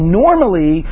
normally